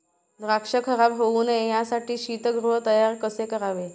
द्राक्ष खराब होऊ नये यासाठी शीतगृह तयार कसे करावे?